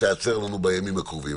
שתיעצר לנו בימים הקרובים.